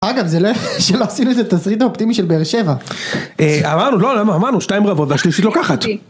אגב, זה לא... שלא עשינו את התסריט האופטימי של באר שבע. אמרנו, לא, אמרנו שתיים רבות, והשלישית לוקחת.